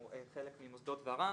הוא חלק ממוסדות ור"מ.